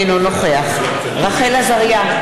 אינו נוכח רחל עזריה,